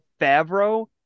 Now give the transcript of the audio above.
Favreau